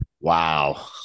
Wow